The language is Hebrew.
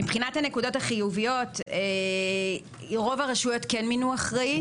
מבחינת הנקודות החיוביות רוב הרשויות כן מינו אחראי.